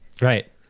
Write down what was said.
Right